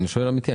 אני שואל אמיתי.